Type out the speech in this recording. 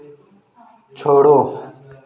छोड़ो